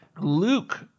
Luke